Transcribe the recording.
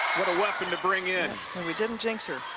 what a weapon to bring in. we we didn't jinx her.